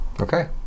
Okay